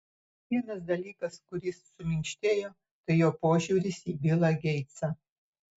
vienas dalykas kuris suminkštėjo tai jo požiūris į bilą geitsą